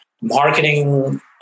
Marketing